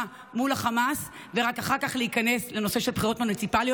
מול החמאס ורק אחר כך להיכנס לנושא של בחירות מוניציפליות.